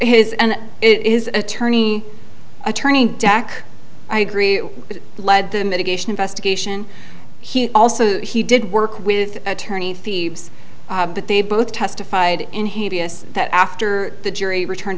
is and it is attorney attorney jack i agree that led to mitigation investigation he also he did work with attorney thieves but they both testified in haiti is that after the jury returned